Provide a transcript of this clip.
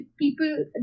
people